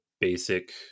basic